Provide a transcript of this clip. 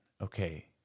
okay